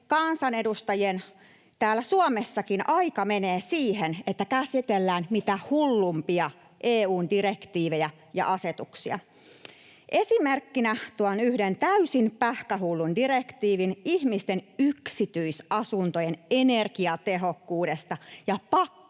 kansanedustajien aika täällä Suomessakin menee siihen, että käsitellään mitä hulluimpia EU:n direktiivejä ja asetuksia. Esimerkkinä tuon yhden täysin pähkähullun direktiivin ihmisten yksityisasuntojen energiatehokkuudesta ja pakkoremonteista.